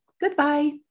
goodbye